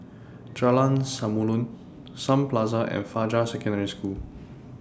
Jalan Samulun Sun Plaza and Fajar Secondary School